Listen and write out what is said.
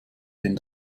den